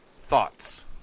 Thoughts